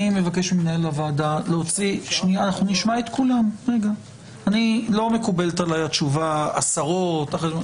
אני מבקש ממנהל הוועדה לא מקובלת עלי התשובה "עשרות".